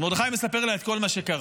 אז מרדכי סיפר לה את כל מה שקרה,